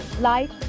life